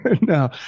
No